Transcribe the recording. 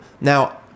Now